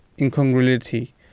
incongruity